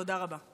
תודה רבה.